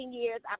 years